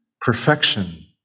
perfection